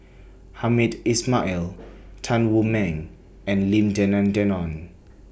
Hamed Ismail Tan Wu Meng and Lim Denan Denon